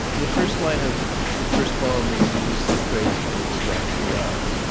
the first line of the first poem is, you who seek grace from a distracted god,